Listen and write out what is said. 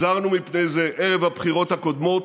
הזהרנו מפני זה ערב הבחירות הקודמות,